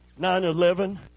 9-11